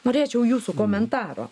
norėčiau jūsų komentaro